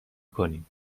کنید